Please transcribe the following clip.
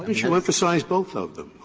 but you emphasize both of them?